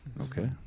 Okay